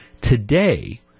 Today